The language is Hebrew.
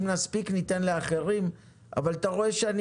אם נספיק ניתן לאחרים אבל אתה רואה שאני